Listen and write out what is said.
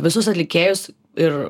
visus atlikėjus ir